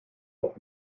auf